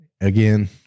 again